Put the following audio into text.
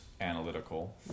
analytical